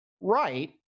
right